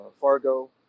Fargo